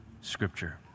Scripture